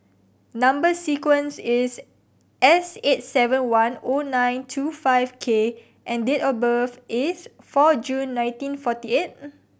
number sequence is S eight seven one O nine two five K and date of birth is four June nineteen forty eight